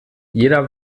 jeder